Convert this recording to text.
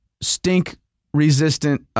stink-resistant